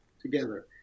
together